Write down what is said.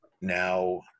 now